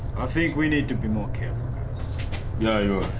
i think we need to be more careful yeah yeah